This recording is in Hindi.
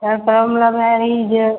थोड़ा पैर ओर में लग रहा यही जो